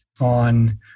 on